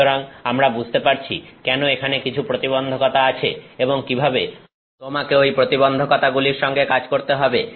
সুতরাং আমরা বুঝতে পারছি কেন এখানে কিছু প্রতিবন্ধকতা আছে এবং কিভাবে তোমাকে ওই প্রতিবন্ধকতাগুলির সঙ্গে কাজ করতে হবে